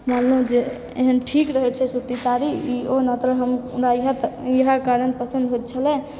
मानलौं जे एहन ठीक रहै छै सूत्ती साड़ी ई ओना तऽ हमरा इएह कारण पसन्द होइत छलै